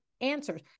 answers